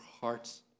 hearts